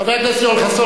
חבר הכנסת יואל חסון,